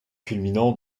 culminant